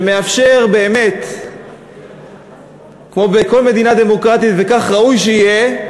שמאפשר, כמו בכל מדינה דמוקרטית, וכך ראוי שיהיה,